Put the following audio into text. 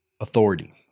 authority